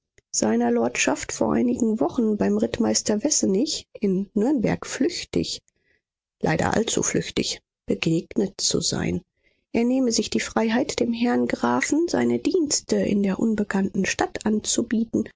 seiner lordschaft vor einigen wochen beim rittmeister wessenig in nürnberg flüchtig leider allzu flüchtig begegnet zu sein er nehme sich die freiheit dem herrn grafen seine dienste in der unbekannten stadt anzubieten